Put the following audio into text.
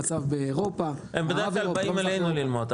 המצב באירופה -- הם בדרך כלל באים אלינו ללמוד,